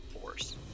force